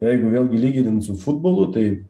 jeigu vėlgi lyginant su futbolu tai